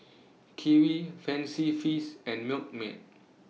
Kiwi Fancy Feast and Milkmaid